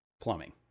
plumbing